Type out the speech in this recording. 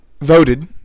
voted